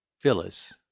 phyllis